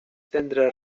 tendres